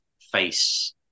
face